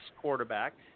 quarterback